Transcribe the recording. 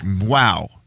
Wow